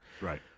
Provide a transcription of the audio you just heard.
Right